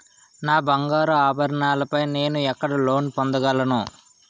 నా బంగారు ఆభరణాలపై నేను ఎక్కడ లోన్ పొందగలను?